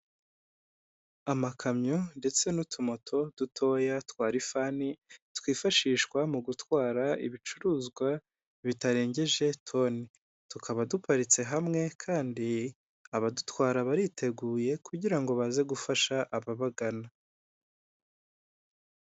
Amakamyo ndetse n'utumoto dutoya twalifani twifashishwa mu gutwara ibicuruzwa bitarengeje toni, tukaba duparitse hamwe kandi abadutwara bariteguye kugira ngo baze gufasha ababagana.